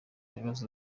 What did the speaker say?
ikibazo